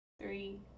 three